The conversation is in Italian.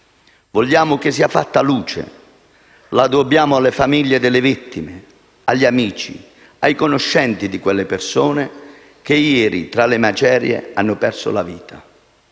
Vogliamo che sia fatta luce; lo dobbiamo alle famiglie delle vittime, agli amici, ai conoscenti di quelle persone che ieri, tra le macerie, hanno perso la vita.